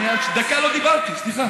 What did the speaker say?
דקה לא דיברתי, סליחה.